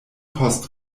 post